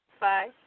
Bye